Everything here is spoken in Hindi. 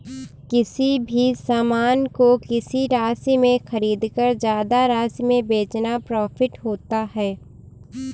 किसी भी सामान को किसी राशि में खरीदकर ज्यादा राशि में बेचना प्रॉफिट होता है